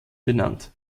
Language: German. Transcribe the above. benannt